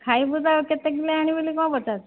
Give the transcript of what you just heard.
ଖାଇବୁ ତ ଆଉ କେତେ କିଲୋ ଆଣିବି ବୋଲି କ'ଣ ପଚାରୁଛୁ